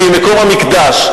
שהיא מקום המקדש,